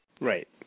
right